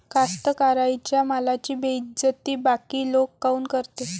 कास्तकाराइच्या मालाची बेइज्जती बाकी लोक काऊन करते?